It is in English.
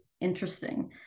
interesting